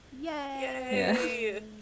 Yay